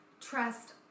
trust